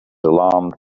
alarmed